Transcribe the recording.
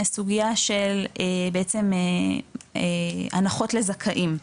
היא הסוגייה של הנחות לזכאים,